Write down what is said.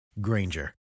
Granger